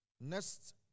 Next